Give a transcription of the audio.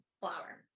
flower